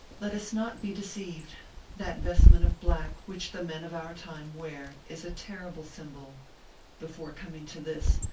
let us not be deceived that vestment of black which the men of our time wear is a terrible symbol before coming to this,